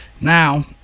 Now